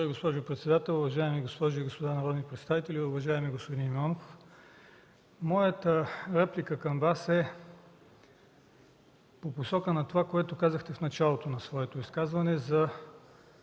уважаема госпожо председател. Уважаеми госпожи и господа народни представители! Уважаеми господин Имамов, моята реплика към Вас е по посока на това, което казахте в началото на своето изказване